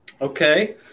Okay